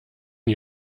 die